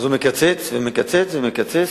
מקצץ ומקצץ ומקצץ,